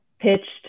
pitched